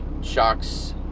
shocks